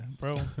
Bro